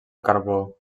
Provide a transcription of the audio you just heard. carbó